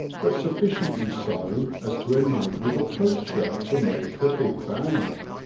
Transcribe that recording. but sufficiently so as to enable the poacher to make a big bag.